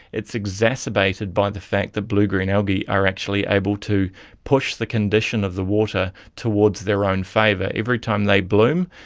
it's exacerbated by the fact that blue-green algae are actually able to push the condition of the water towards their own favour. every time they bloom,